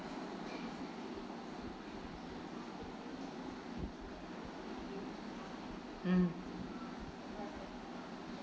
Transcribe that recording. mm